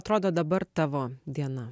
atrodo dabar tavo diena